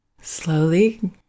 slowly